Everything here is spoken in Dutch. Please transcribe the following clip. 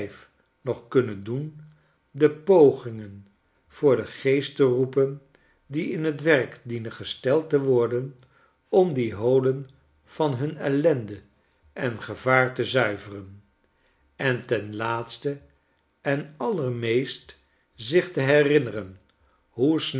nog kunnen doen de pogingen voor den geest te roepen die in t werk dienen gesteld te worden om die holen van hun ellende en gevaar te zuiveren en ten laatste en allermeest zich te herinneren hoe